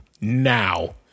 now